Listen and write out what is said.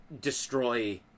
destroy